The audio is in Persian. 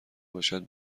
باشد